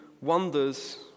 wonders